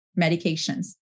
medications